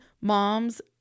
moms